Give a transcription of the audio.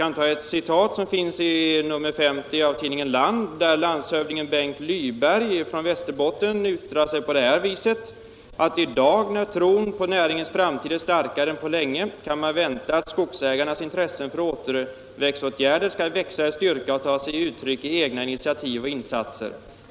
Jag vill här citera vad som står i nr 50 av tidningen Land, där landshövding Bengt Lyberg i Västerbotten säger så här: ”I dag, när tron på näringens framtid är starkare än på länge, kan man vänta att skogsägarens intresse för återväxtåtgärder skall växa i styrka och ta sig uttryck i egna initiativ och insatser.